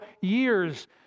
years